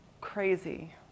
crazy